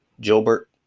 Gilbert